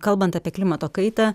kalbant apie klimato kaitą